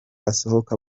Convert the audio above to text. asohoka